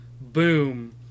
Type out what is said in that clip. boom